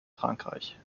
frankreich